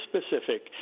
specific